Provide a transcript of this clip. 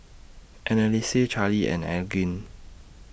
Anneliese Charlee and Elgin